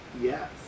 Yes